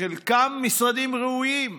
חלקם משרדים ראויים,